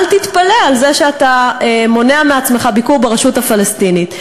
אל תתפלא על זה שאתה מונע מעצמך ביקור ברשות הפלסטינית.